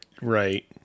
Right